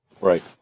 Right